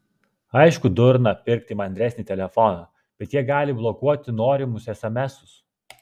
aišku durna pirkti mandresnį telefoną bet jie gali blokuoti norimus esemesus